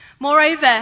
Moreover